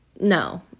no